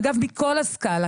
אגב מכל הסקאלה,